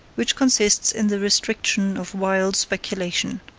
which consists in the restriction of wild speculation.